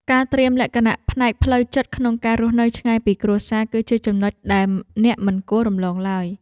ការត្រៀមលក្ខណៈផ្នែកផ្លូវចិត្តក្នុងការរស់នៅឆ្ងាយពីគ្រួសារគឺជាចំណុចដែលអ្នកមិនគួររំលងឡើយ។